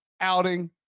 outing